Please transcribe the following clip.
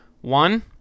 one